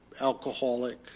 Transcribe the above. alcoholic